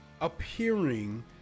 appearing